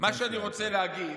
מה שאני רוצה להגיד,